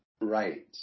Right